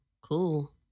cool